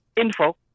info